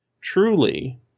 truly